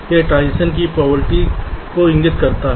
यह ट्रांजिशन की प्रोबेबिलिटी को इंगित करता है